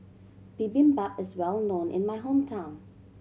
bibimbap is well known in my hometown